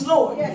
Lord